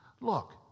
Look